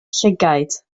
llygaid